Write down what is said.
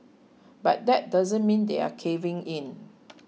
but that doesn't mean they're caving in